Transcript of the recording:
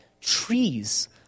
trees